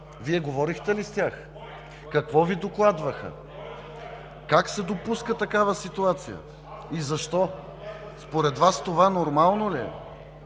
Вие говорихте ли с тях? Какво Ви докладваха? Как се допуска такава ситуация и защо? Според Вас това нормално ли е?